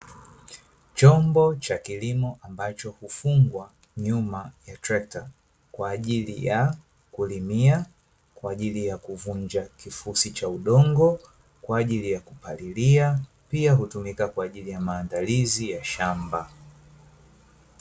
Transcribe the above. Chombo cha kilimo ambacho hufungwa nyuma ya trekta kwa ajili ya kulimia, kwa ajili ya kuvunja kifusi cha udongo, kwa ajili ya kupalilia pia hutumika kwa ajili ya maandalizi ya shamba.